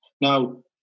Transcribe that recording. Now